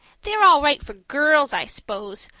they're all right for girls, i s'pose,